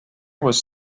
was